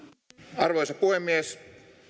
arvoisa puhemies